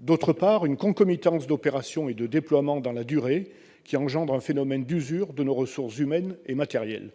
d'autre part, une concomitance d'opérations et de déploiements dans la durée, qui engendre un phénomène d'usure de nos ressources humaines et matérielles.